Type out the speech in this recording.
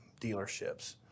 dealerships